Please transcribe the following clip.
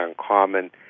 uncommon